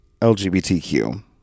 LGBTQ